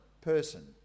person